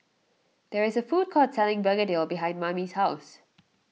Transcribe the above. there is a food court selling Begedil behind Mamie's house